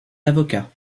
avocats